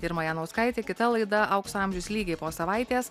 irma janauskaitė kita laida aukso amžius lygiai po savaitės